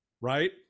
right